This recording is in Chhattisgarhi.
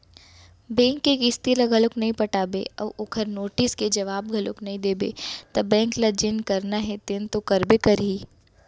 बेंक के किस्ती ल घलोक नइ पटाबे अउ ओखर नोटिस के जवाब घलोक नइ देबे त बेंक ल जेन करना हे तेन तो करबे करही